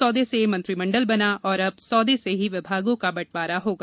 सौदे से मंत्रिमंडल बना और अब सौदे से ही विभागों का बंटवारा होगा